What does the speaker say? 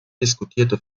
diskutierte